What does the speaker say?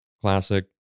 Classic